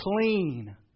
clean